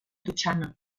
totxana